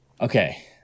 Okay